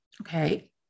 Okay